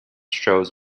shows